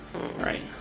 Right